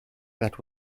that